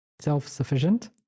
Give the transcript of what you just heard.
Self-sufficient